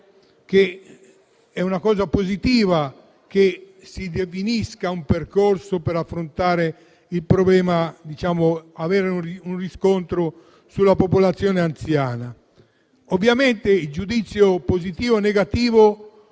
che sia una cosa positiva la definizione di un percorso per affrontare il problema e avere un riscontro sulla popolazione anziana. Ovviamente il giudizio positivo o negativo